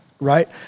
right